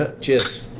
Cheers